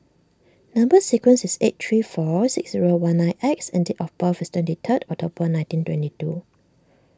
Number Sequence is eight three four six zero one nine X and date of birth is twenty third October nineteen twenty two